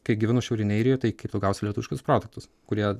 kai gyvenu šiaurinėj airijoj tai kaip tu gausi lietuviškus produktus kurie